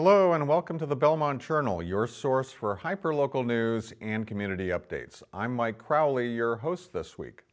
llo and welcome to the belmont journal your source for hyper local news and community updates i'm mike crowley your host this week